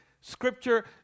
Scripture